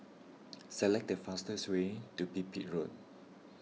select the fastest way to Pipit Road